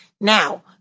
Now